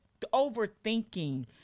overthinking